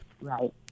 Right